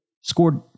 scored